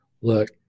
look